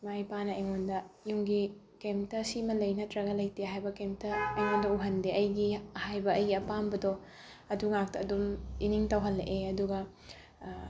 ꯏꯃꯥ ꯏꯄꯥꯅ ꯑꯩꯉꯣꯟꯗ ꯌꯨꯝꯒꯤ ꯀꯩꯝꯇ ꯁꯤꯃ ꯂꯩ ꯅꯠꯇ꯭ꯔꯒ ꯂꯩꯇꯦ ꯍꯥꯏꯕ ꯀꯩꯝꯇ ꯑꯩꯉꯣꯟꯗ ꯎꯍꯟꯗꯦ ꯑꯩꯒꯤ ꯍꯥꯏꯕ ꯑꯩꯒꯤ ꯑꯄꯥꯝꯕꯗꯣ ꯑꯗꯨꯉꯥꯛꯇ ꯑꯗꯨꯝ ꯏꯅꯤꯡ ꯇꯧꯍꯜꯂꯛꯑꯦ ꯑꯗꯨꯒ